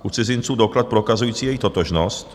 u cizinců doklad prokazující jejich totožnost;